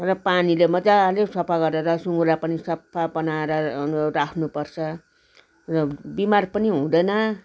र पानीले मज्जाले सफा गरेर सुँगुरलाई पनि सफा बनाएर राख्नुपर्छ र बिमार पनि हुँदैन